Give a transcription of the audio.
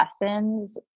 lessons